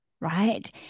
right